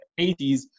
80s